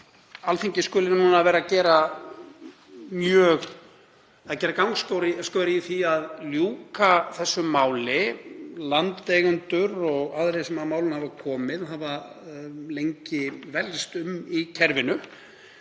Alþingi skuli núna vera að gera gangskör í því að ljúka þessu máli. Landeigendur og aðrir sem að málinu hafa komið hafa lengi velkst um í kerfinu.